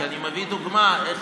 כי אני מביא דוגמה איך